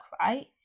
right